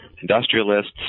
industrialists